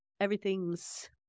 Everything's